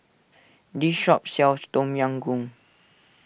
this shop sells Tom Yam Goong